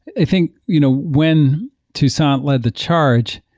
i think you know when toussaint led the charge,